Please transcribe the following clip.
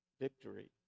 victory